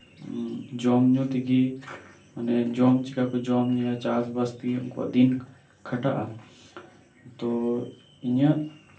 ᱡᱚᱢᱧᱩ ᱛᱮᱜᱮ ᱢᱟᱱᱮ ᱡᱚᱢ ᱪᱤᱠᱟᱹᱠᱚ ᱡᱚᱢᱧᱩᱭᱟ ᱪᱟᱥᱵᱟᱥ ᱛᱮᱜᱮ ᱩᱱᱠᱩᱣᱟᱜ ᱫᱤᱱ ᱠᱷᱟᱴᱟᱜᱼᱟ ᱛᱚ ᱤᱧᱟᱹᱜ